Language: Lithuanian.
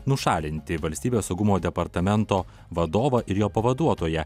nušalinti valstybės saugumo departamento vadovą ir jo pavaduotoją